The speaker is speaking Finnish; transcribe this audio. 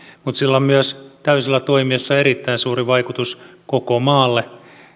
mutta sillä on myös täysillä toimiessa erittäin suuri vaikutus koko maahan